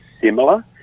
similar